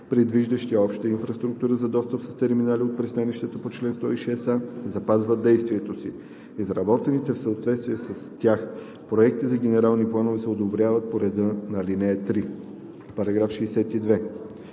предвиждащи обща инфраструктура за достъп с терминали от пристанище по чл. 106а, запазват действието си. Изработените в съответствие с тях проекти на генерални планове се одобряват по реда на ал. 3.“ По § 62